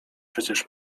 przecież